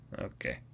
okay